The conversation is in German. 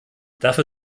dafür